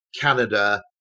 Canada